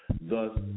Thus